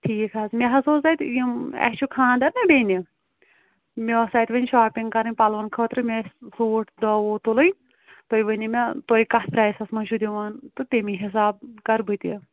ٹھیٖک حظ مےٚ حظ اوس تَتہِ یِم اَسہِ چھُ خانٛدر نا بیٚنہِ مےٚ اوس اَتہِ وۄنۍ شاپِنگ کرٕنۍ پلوَن خأطرٕ مےٚ أسۍ سوٗٹ داہ وُہ تُلٕنۍ تُہۍ ؤنِو مےٚ تُہۍ کتھ پرٛایِس منٛز چھُ دِوان تہٕ تٔمی حِسابہٕ کرٕ بہٕ تہِ